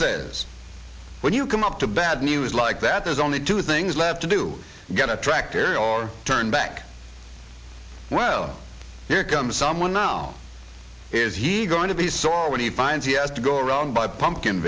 says when you come up to bad news like that there's only two things left to do get a tractor or turn back well here comes someone now is he going to be sore when he finds he has to go around by pumpkin